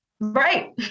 Right